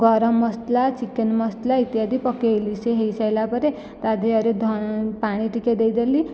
ଗରମ ମସଲା ଚିକେନ୍ ମସଲା ଇତ୍ୟାଦି ପକାଇଲି ସେ ହୋଇସାରିଲା ପରେ ତା' ଦେହରେ ପାଣି ଟିକିଏ ଦେଇଦେଲି